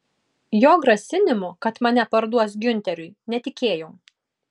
jo grasinimu kad mane parduos giunteriui netikėjau